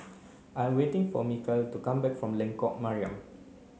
I waiting for Mikal to come back from Lengkok Mariam